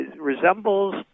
resembles